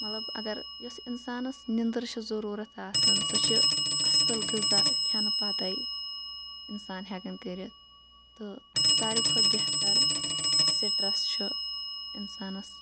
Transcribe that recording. مَطلَب اگر یُس اِنسانَس نیٚنٛدٕر چھِ ضروٗرت آسان سۄ چھ اصٕل غذا کھیٚنہٕ پَتے اِنسان ہیٚکان کٔرِتھ تہٕ ساروٕے کھۅتہٕ بہتَر سِٹرس چھُ اِنسانَس